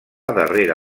darrere